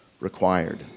required